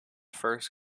first